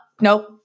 nope